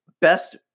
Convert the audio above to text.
Best